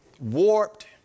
Warped